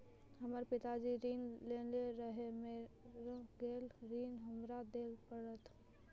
हमर पिताजी ऋण लेने रहे मेर गेल ऋण हमरा देल पड़त?